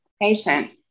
patient